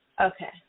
Okay